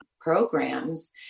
programs